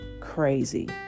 crazy